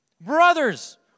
Brothers